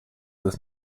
does